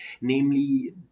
namely